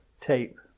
tape